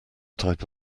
type